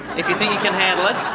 if you think you can handle it